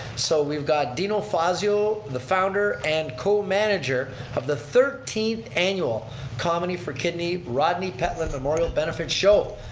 so we've got dino fazio, the founder and co-manager of the thirteenth annual komedy for kidney rodney pentland memorial benefit show.